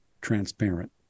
transparent